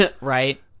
right